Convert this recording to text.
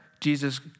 Jesus